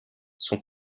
son